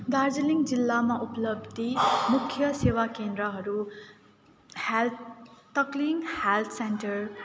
दार्जिलिङ जिल्लामा उपलब्धि मुख्य सेवा केन्द्रहरू हेल्थ तक्लिङ हेल्थ सेन्टर